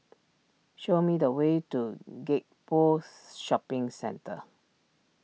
show me the way to Gek Poh Shopping Centre